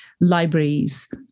libraries